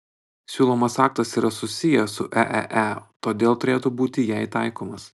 siūlomas aktas yra susijęs su eee todėl turėtų būti jai taikomas